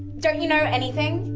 don't you know anything?